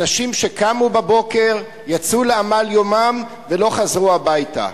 אנשים שקמו בבוקר, יצאו לעמל יומם ולא חזרו הביתה.